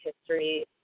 history